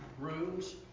rooms